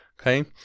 okay